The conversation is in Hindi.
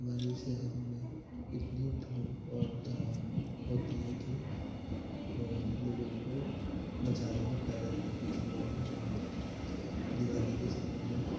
हमार शहरों में इतनी धूम और धड़ाम होत है कि लोगों को बज़ार में पैर रखने की जगह भी नहीं मिलती दिवाली के समय में